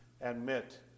admit